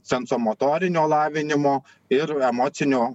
sensomotorinio lavinimo ir emocinio